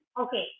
okay